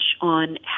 on